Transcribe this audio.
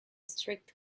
strict